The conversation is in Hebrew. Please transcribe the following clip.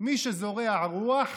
מי שזורע רוח,